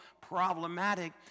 problematic